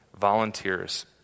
volunteers